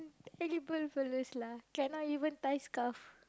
terrible fellows lah cannot even tie scarf